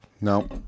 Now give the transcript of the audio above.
no